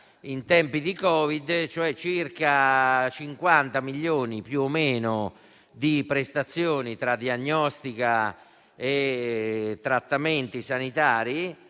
in tempi di Covid-19. Si tratta di circa 50 milioni, più o meno, di prestazioni, tra diagnostica e trattamenti sanitari